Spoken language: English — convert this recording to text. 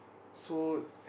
so